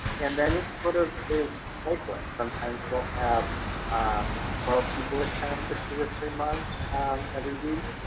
and then it sort of is cyclic. sometimes we'll have um twelve people attend for two or three months every week,